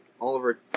Oliver